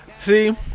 See